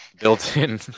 Built-in